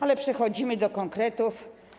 Ale przechodzimy do konkretów.